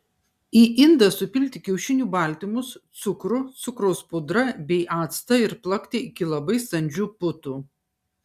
į indą supilti kiaušinių baltymus cukrų cukraus pudrą bei actą ir plakti iki labai standžių putų